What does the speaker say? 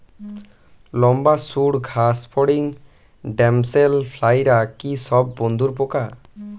লম্বা সুড় ঘাসফড়িং ড্যামসেল ফ্লাইরা কি সব বন্ধুর পোকা?